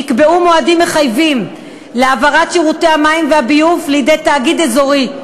נקבעו מועדים מחייבים להעברת שירותי המים והביוב לידי תאגיד אזורי,